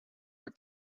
were